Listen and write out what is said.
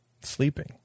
sleeping